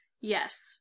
Yes